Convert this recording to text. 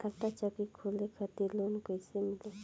आटा चक्की खोले खातिर लोन कैसे मिली?